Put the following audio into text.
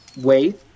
wait